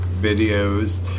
videos